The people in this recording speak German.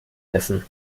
essen